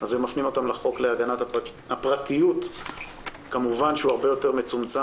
היו מפנים אותם לחוק להגנת הפרטיות שכמובן שהוא הרבה יותר מצומצם